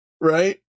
right